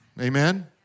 Amen